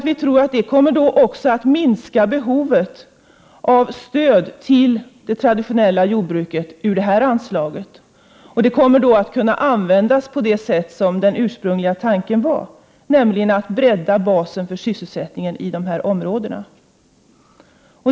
Vi tror att det kommer att minska behovet av stöd till det traditionella jordbruket från det här speciella anslaget, som då kommer att kunna användas på det sätt som ursprungligen var tänkt, nämligen till att bredda basen för sysselsättningen i dessa områden.